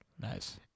Nice